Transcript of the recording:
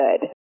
good